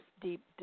deep